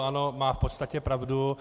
Ano, má v podstatě pravdu.